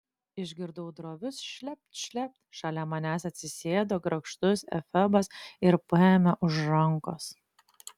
išgirdau drovius šlept šlept šalia manęs atsisėdo grakštus efebas ir paėmė už rankos